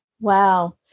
Wow